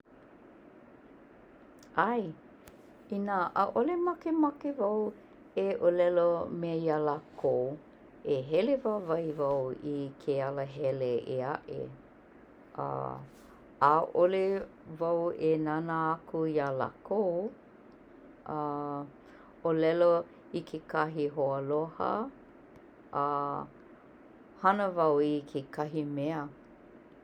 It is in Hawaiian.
ʻAe, inā ʻaʻole makemake wau e ʻōlelo me ia lākou e hele wāwae wau i ke alahele eaʻe a ʻAʻole wau e nānā aku iā lākou a ʻōlelo i kekahi hōaloha a hana wau i kekahi mea